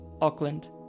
Auckland